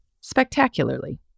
spectacularly